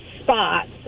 spots